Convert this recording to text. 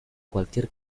cualquier